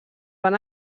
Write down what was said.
van